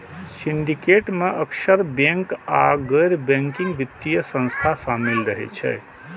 syndicate मे अक्सर bank आ गैर बैंकिंग वित्तीय संस्था शामिल रहै छै